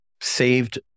saved